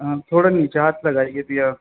हाँ थोड़ा नीचे हाथ लगाइए भैया